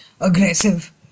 aggressive